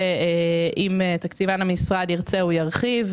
ואם תקציבן המשרד ירצה הוא ירחיב.